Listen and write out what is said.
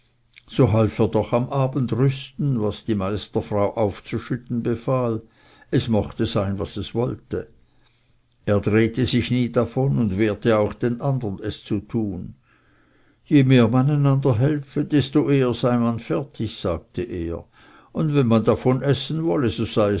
am abend rüsten